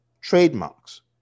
trademarks